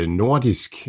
nordisk